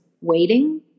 waiting